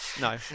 no